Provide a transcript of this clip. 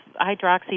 hydroxy